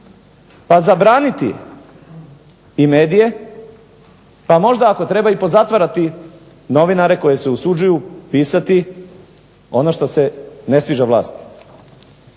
pa zabraniti i medije, pa možda i ako treba i pozatvarati novinare koji se usuđuju pisati ono što se ne sviđa vlasti.